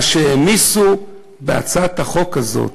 מה שהעמיסו בהצעת החוק הזאת,